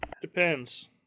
Depends